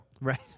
Right